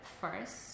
first